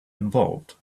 involved